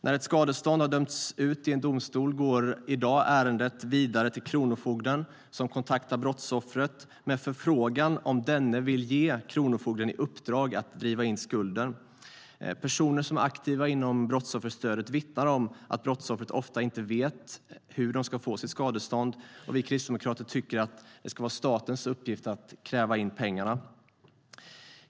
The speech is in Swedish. När ett skadestånd har dömts ut i en domstol går ärendet i dag vidare till kronofogden, som kontaktar brottsoffret med en förfrågan om denne vill ge kronofogden i uppdrag att driva in skulden. Personer som är aktiva inom brottsofferstödet vittnar om att brottsoffret ofta inte vet hur de ska få sitt skadestånd, och vi kristdemokrater tycker att det ska vara statens uppgift att kräva in pengarna.